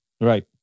Right